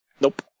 Nope